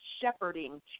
shepherding